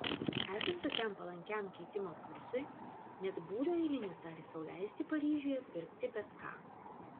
esant tokiam palankiam keitimo kursui net būrio eilinis gali sau leisti paryžiuje pirkti bet ką